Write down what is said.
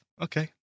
Okay